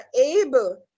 able